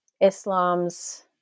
Islam's